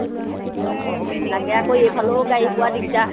লাগে আকৌ এইফালেও গাড়ী পোৱা দিগদাৰ